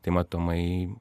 tai matomai